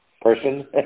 person